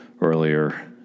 earlier